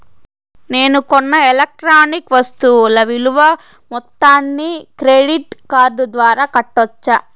నేను కొన్న ఎలక్ట్రానిక్ వస్తువుల విలువ మొత్తాన్ని క్రెడిట్ కార్డు ద్వారా కట్టొచ్చా?